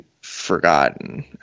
forgotten